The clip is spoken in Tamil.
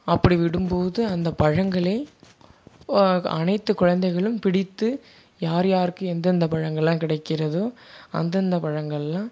அப்படி விடும்போது அந்த பழங்களை அனைத்து குழந்தைகளும் பிடித்து யார் யாருக்கு எந்தெந்த பழங்களெலாம் கிடைக்கிறதோ அந்தந்த பழங்களெலாம்